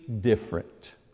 different